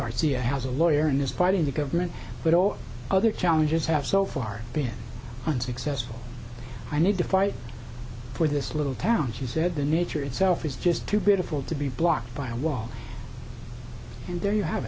garcia has a lawyer and is fighting the government but all other challenges have so far been unsuccessful i need to fight for this little town she said the nature itself is just too beautiful to be blocked by a wall and there you have